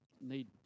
need